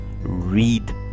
read